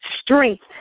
strength